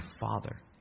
father